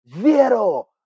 Zero